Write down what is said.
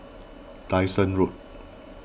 Dyson Road